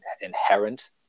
inherent